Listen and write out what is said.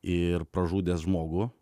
ir pražudęs žmogų